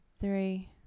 Three